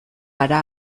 gara